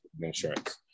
insurance